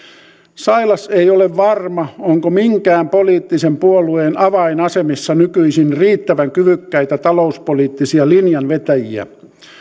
sailas ei ole varma onko minkään poliittisen puolueen avainasemissa nykyisin riittävän kyvykkäitä talouspoliittisia linjanvetäjiä